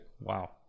Wow